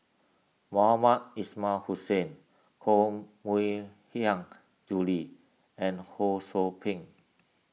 Mohamed Ismail Hussain Koh Mui Hiang Julie and Ho Sou Ping